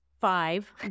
five